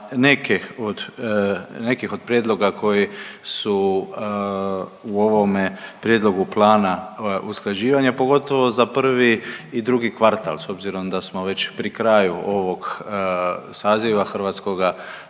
nekih od prijedloga koji su u ovome prijedlogu plana usklađivanja pogotovo za prvi i drugi kvartal s obzirom da smo već pri kraju ovog saziva Hrvatskoga